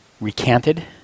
recanted